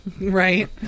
right